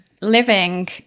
living